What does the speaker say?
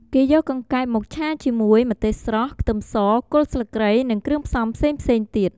គេយកកង្កែបមកឆាជាមួយ ម្ទេសស្រស់ ខ្ទឹមស គល់ស្លឹកគ្រៃ និងគ្រឿងផ្សំផ្សេងៗទៀត។